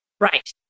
Right